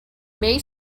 may